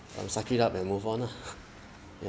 um suck it up and move on lah